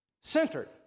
centered